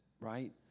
Right